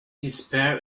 despair